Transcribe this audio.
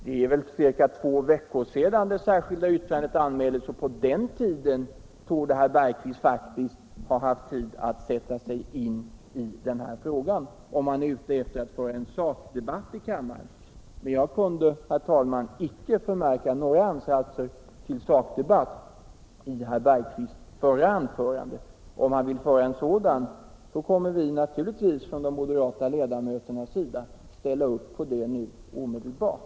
Det är väl ca två veckor sedan det särskilda yttrandet anmäldes, och på den tiden 139 Oljeutvinningsplattformar 140 torde herr Bergqvist faktiskt ha haft tid att sätta sig in i den här frågan — om han är ute efter att föra en sakdebatt i kammaren. Men jag kunde, herr talman, inte förmärka några ansatser till sakdebatt i herr Bergqvists förra anförande. Om han vill föra en sådan, kommer vi naturligtvis från de moderata ledamöternas sida att ställa upp i den debatten omedelbart.